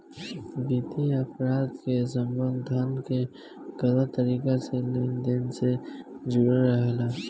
वित्तीय अपराध के संबंध धन के गलत तरीका से लेन देन से जुड़ल रहेला